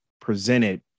presented